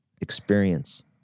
experience